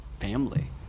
family